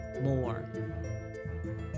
more